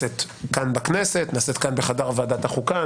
בכנסת, בחדר ועדת החוקה.